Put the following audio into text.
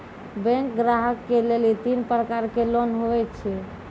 Bank ग्राहक के लेली तीन प्रकर के लोन हुए छै?